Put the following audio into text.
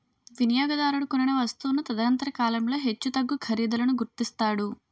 వినియోగదారుడు కొనిన వస్తువును తదనంతర కాలంలో హెచ్చుతగ్గు ఖరీదులను గుర్తిస్తాడు